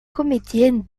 comédienne